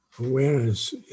Awareness